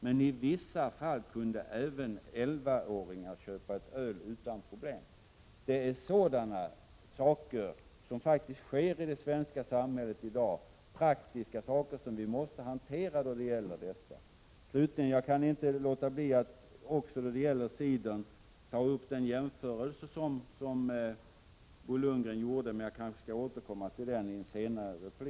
Men i vissa fall kunde även 11-åringar köpa öl utan problem.” Det är sådana praktiska saker i det svenska samhället i dag som vi måste klara. Slutligen skall jag kanske i en senare replik ta upp den jämförelse som Bo Lundgren gjorde beträffande cidern.